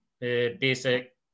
basic